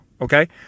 okay